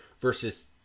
versus